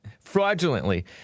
fraudulently